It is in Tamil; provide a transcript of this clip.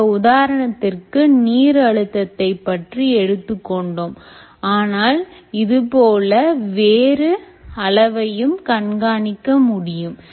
இங்கு உதாரணத்திற்கு நீர் அழுத்தத்தைப் பற்றி எடுத்துக் கொண்டோம் ஆனால் இதுபோல வேறு அளவையும் கண்காணிக்க முடியும்